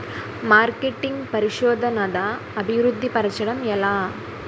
marketing పరిశోధనదా అభివృద్ధి పరచడం ఎలా